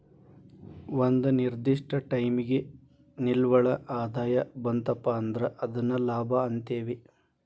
ಒಂದ ನಿರ್ದಿಷ್ಟ ಟೈಮಿಗಿ ನಿವ್ವಳ ಆದಾಯ ಬಂತಪಾ ಅಂದ್ರ ಅದನ್ನ ಲಾಭ ಅಂತೇವಿ